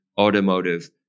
automotive